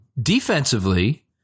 defensively